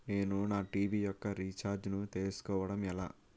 నేను నా టీ.వీ యెక్క రీఛార్జ్ ను చేసుకోవడం ఎలా?